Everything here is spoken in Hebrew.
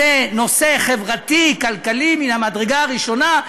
זה נושא חברתי-כלכלי מן המדרגה הראשונה.